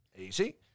easy